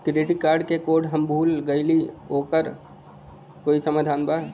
Credit card क code हम भूल गइली ओकर कोई समाधान बा?